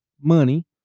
money